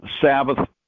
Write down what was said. Sabbath